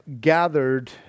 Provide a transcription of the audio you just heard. gathered